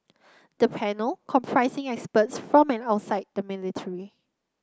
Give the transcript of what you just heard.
the panel comprising experts from and outside the military